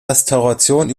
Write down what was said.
restauration